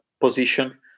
position